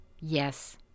Yes